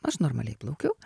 aš normaliai plaukiu